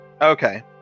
Okay